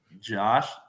Josh